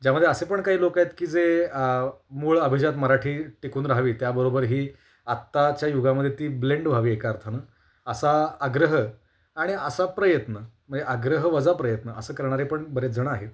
ज्यामध्ये असे पण काही लोक आहेत की जे मूळ अभिजात मराठी टिकून राहावी त्याबरोबरही आत्ताच्या युगामध्ये ती ब्लेंड व्हावी एका अर्थानं असा आग्रह आणि असा प्रयत्न म्हणजे आग्रहवजा प्रयत्न असं करणारे पण बरेच जण आहेत